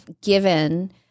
given